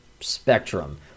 spectrum